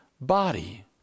body